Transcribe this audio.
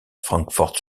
francfort